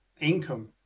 income